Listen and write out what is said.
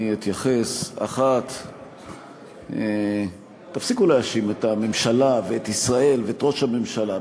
אני אתייחס: 1. תפסיקו להאשים את הממשלה ואת ישראל ואת ראש הממשלה.